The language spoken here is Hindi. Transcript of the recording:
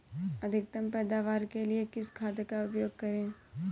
अधिकतम पैदावार के लिए किस खाद का उपयोग करें?